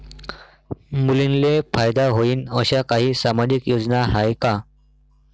मुलींले फायदा होईन अशा काही सामाजिक योजना हाय का?